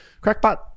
Crackpot